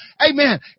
amen